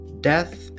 death